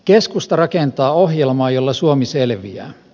keskusta rakentaa ohjelmaa jolla suomi selviää